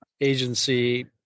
Agency